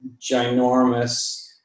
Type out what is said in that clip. ginormous